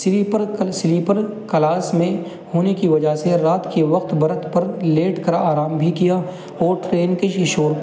sleeper sleeper class میں ہونے کی وجہ سے رات کے وقت برت پر لیٹ کر آرام بھی کیا اور ٹرین کے شیشوں